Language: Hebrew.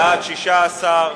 בעד, 16,